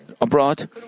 abroad